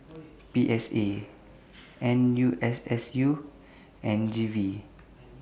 P S A N U S S U and G V